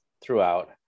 throughout